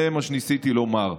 זה מה שניסיתי לומר.